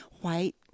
white